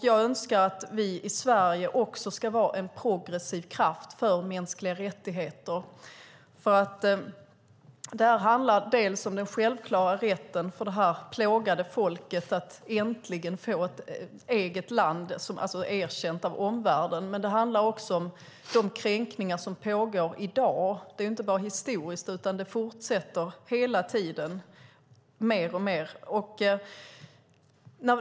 Jag önskar att också vi i Sverige ska vara en progressiv kraft för mänskliga rättigheter. Det handlar om den självklara rätten för det här plågade folket att äntligen få ett eget land som är erkänt av omvärlden. Det handlar också om de kränkningar som pågår i dag . Det hela är ju inte bara historiskt, utan det fortsätter hela tiden, mer och mer.